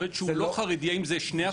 עובד שהוא לא חרדי, האם זה 2%?